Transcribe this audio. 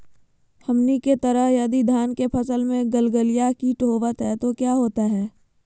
हमनी के तरह यदि धान के फसल में गलगलिया किट होबत है तो क्या होता ह?